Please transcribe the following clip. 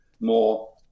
more